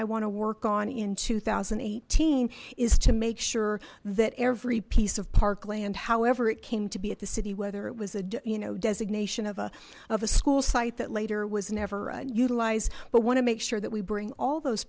to work on in two thousand and eighteen is to make sure that every piece of parkland however it came to be at the city whether it was a you know designation of a of a school site that later was never utilized but want to make sure that we bring all those